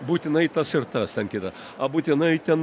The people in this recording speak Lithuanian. būtinai tas ir tas ten kitą būtinai ten